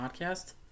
podcast